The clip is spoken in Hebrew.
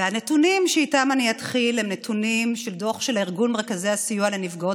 והנתונים שאיתם אני אתחיל הם נתונים של דוח ארגון רכזי הסיוע לנפגעות